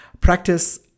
Practice